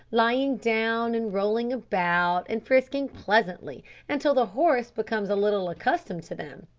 lying down and rolling about, and frisking pleasantly until the horse becomes a little accustomed to them.